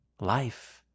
Life